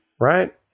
Right